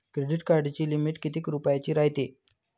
Credit कार्डाची limit कितीक रुपयाची रायते?